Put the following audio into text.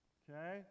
okay